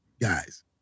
guys